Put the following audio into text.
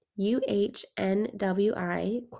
UHNWI